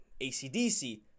ACDC